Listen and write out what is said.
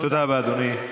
תודה רבה, אדוני.